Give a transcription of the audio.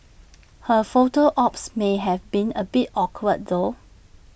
her photo ops may have been A bit awkward though